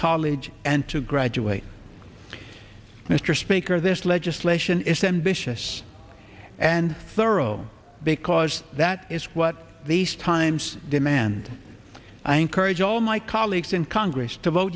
college and to graduate mr speaker this legislation is then vicious and thorough because that is what these times demand i encourage all my colleagues in congress to vote